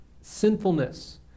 sinfulness